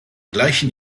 gleichen